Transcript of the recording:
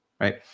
right